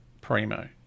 primo